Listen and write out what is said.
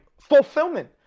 fulfillment